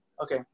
Okay